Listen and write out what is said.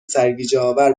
سرگیجهآور